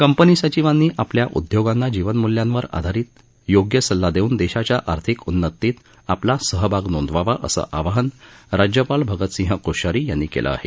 company सचिवांनी आपल्या उदयोगांना जीवनमूल्यांवर आधारित योग्य सल्ला देऊन देशाच्या आर्थिक उन्नतीत आपला सहभाग नोंदवावा असं आवाहन राज्यपाल भगत सिंह कोश्यारी यांनी केलं आहे